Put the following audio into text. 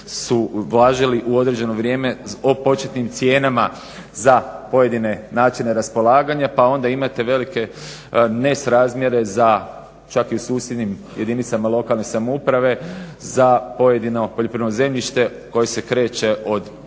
su važili u određeno vrijeme o početnim cijenama za pojedine načine raspolaganja, pa onda imate velike nesrazmjere za čak i u susjednim jedinicama lokalne samouprave za pojedino poljoprivredno zemljište koje se kreće od par